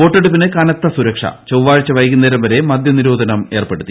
വോട്ടെടുപ്പിന് കന്ത്ത് സുരക്ഷ ചൊവ്വാഴ്ച വൈകു ന്നേരം വരെ മദ്ദ്യ്നിരോധനം ഏർപ്പെടുത്തി